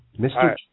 Mr